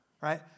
Right